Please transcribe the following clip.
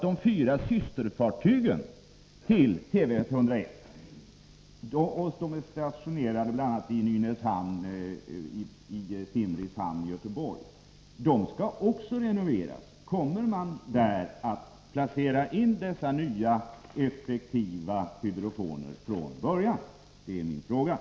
De fyra systerfartygen till TV 101 är stationerade i Nynäshamn, Simrishamn och Göteborg, och de skall också renoveras. Då vill jag fråga försvarsministern: Kommer då dessa nya effektiva hydrofoner att placeras in från början?